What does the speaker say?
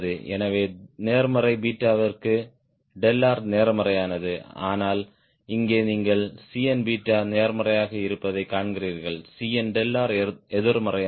எனவே நேர்மறை பீட்டாவிற்கு நேர்மறையானது ஆனால் இங்கே நீங்கள் Cn நேர்மறையாக இருப்பதைக் காண்கிறீர்கள் Cnr எதிர்மறையானது